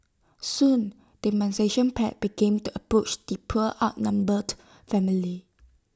soon the pack began to approach the poor outnumbered family